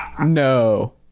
No